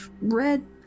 red